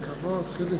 בבקשה, חבר הכנסת זחאלקה.